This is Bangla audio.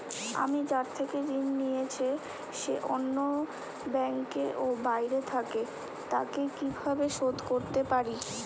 আমি যার থেকে ঋণ নিয়েছে সে অন্য ব্যাংকে ও বাইরে থাকে, তাকে কীভাবে শোধ করতে পারি?